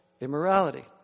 immorality